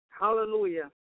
Hallelujah